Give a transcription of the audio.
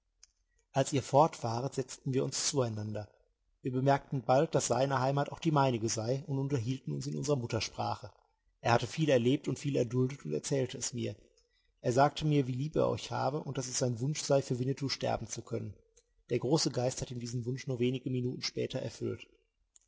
als ihr fort waret setzten wir uns zueinander wir bemerkten bald daß seine heimat auch die meinige sei und unterhielten uns in unserer muttersprache er hatte viel erlebt und viel erduldet und erzählte es mir er sagte mir wie lieb er euch habe und daß es sein wunsch sei für winnetou sterben zu können der große geist hat ihm diesen wunsch nur wenige minuten später erfüllt